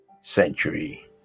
century